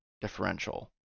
differential